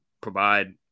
provide